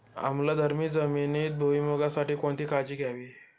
आम्लधर्मी जमिनीत भुईमूगासाठी कोणती काळजी घ्यावी?